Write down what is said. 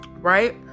Right